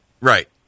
right